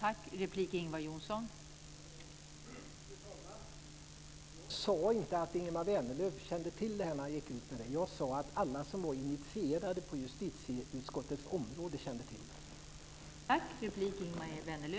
Fru talman! Jag sade inte att Ingemar Vänerlöv kände till det här när han gick ut med det. Jag sade att alla som var initierade på justitieutskottets område kände till det.